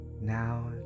Now